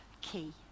key